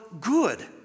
good